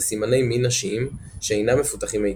וסימני מין נשיים שאינם מפותחים היטב.